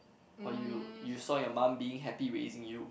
or you you saw your mum being happy raising you